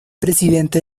presidente